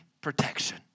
protection